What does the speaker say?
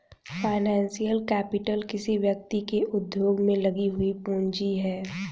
financial capital किसी व्यक्ति के उद्योग में लगी हुई पूंजी है